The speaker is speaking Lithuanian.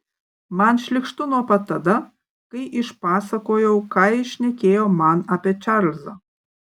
man šlykštu nuo pat tada kai išpasakojau ką jis šnekėjo man apie čarlzą